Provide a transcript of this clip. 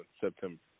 September